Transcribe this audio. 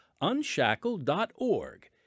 unshackled.org